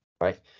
right